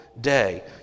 day